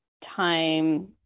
time